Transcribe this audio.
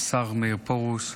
השר מאיר פרוש,